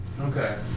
Okay